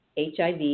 HIV